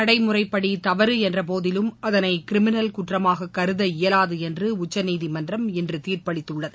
நடைமுறைப்படி தவறு என்றபோதிலும் அதனை கிரிமினல் குற்றமாகக் கருத இயலாது என்று உச்சநீதிமன்றம் இன்று தீர்ப்பளித்துள்ளது